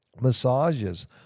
massages